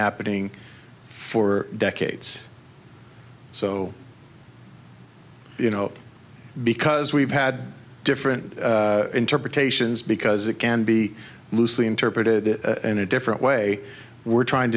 happening for decades so you know because we've had different interpretations because it can be loosely interpreted in a different way we're trying